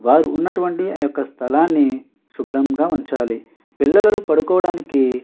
వారు ఉన్నటువంటి ఆ యొక్క స్థలాన్ని శుభ్రంగా ఉంచాలి పిల్లలు పడుకోవడానికి